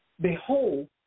Behold